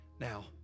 Now